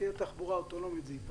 כשתהיה תחבורה אוטונומית זה ייפתר.